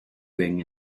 ring